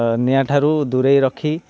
ନିଆଁ ଠାରୁ ଦୂରେଇ ରଖି